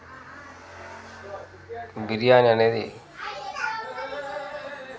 బిర్యానీ అనేది